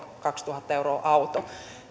kolmenkymmenenkahdentuhannen euron auto